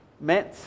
meant